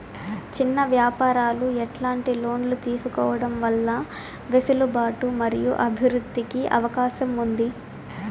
చిన్న వ్యాపారాలు ఎట్లాంటి లోన్లు తీసుకోవడం వల్ల వెసులుబాటు మరియు అభివృద్ధి కి అవకాశం ఉంది?